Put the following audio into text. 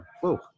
Whoa